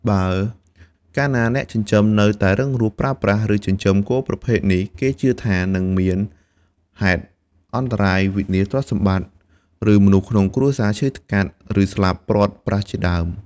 បើកាលណាអ្នកចិញ្ចឹមនៅតែរឹងរូសប្រើប្រាស់ ឬចិញ្ចឹមគោប្រភេទនេះ គេជឿថា នឹងមានហេតុអន្តរាយ វិនាសទ្រព្យសម្បត្តិ ឬមនុស្សក្នុងគ្រួសារឈឺថ្កាត់ ឬស្លាប់ព្រាត់ប្រាសជាដើម។